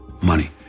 money